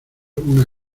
una